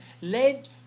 led